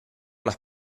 las